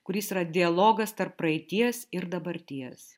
kuris yra dialogas tarp praeities ir dabarties